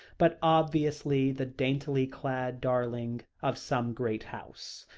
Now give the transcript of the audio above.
but obviously the daintily-clad darling of some great house.